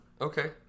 Okay